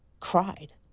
cried.